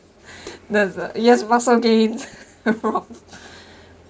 that's a yes muscle gained